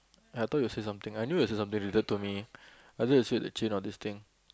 I thought you say something I knew you'll say something related to me I knew you'll say like Jun hao this thing